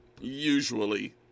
usually